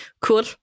Cool